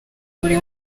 buri